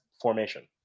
formation